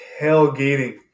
tailgating